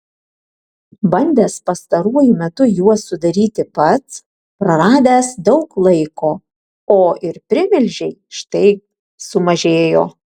bandęs pastaruoju metu juos sudaryti pats praradęs daug laiko o ir primilžiai štai sumažėjo